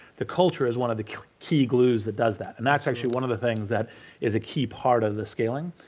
the culture is one of the key glues that does that. and that's actually one of the things that is a key part of the scaling,